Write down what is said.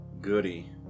goody